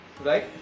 Right